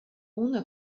una